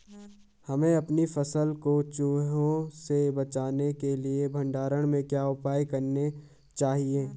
हमें अपनी फसल को चूहों से बचाने के लिए भंडारण में क्या उपाय करने चाहिए?